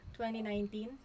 2019